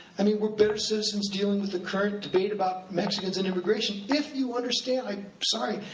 i mean, we're better citizens dealing with the current debate about mexicans and immigration if you understand, i'm sorry,